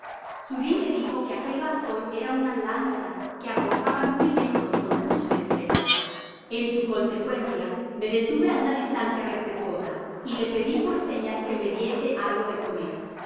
xuri me dijo que aquel baston era una lanza que arrojaban muy lejos con mucha destreza en su consecuencia me detuve á una distancia respetuosa y les pedi por señas que me diesen algo que comer me